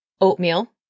oatmeal